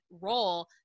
role